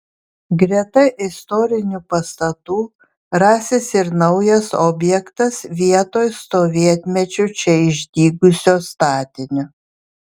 greta istorinių pastatų rasis ir naujas objektas vietoj sovietmečiu čia išdygusio statinio